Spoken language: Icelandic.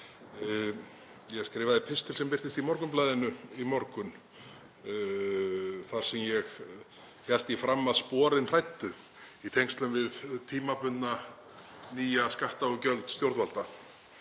Ég skrifaði pistil sem birtist í Morgunblaðinu í morgun þar sem ég hélt því fram að sporin hræddu í tengslum við tímabundna nýja skatta og gjöld stjórnvalda.